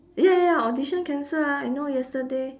ya ya ya audition cancel ah I know yesterday